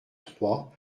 trois